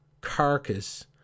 carcass